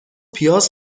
پیاز